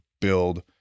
build